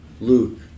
Luke